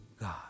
God